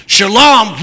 Shalom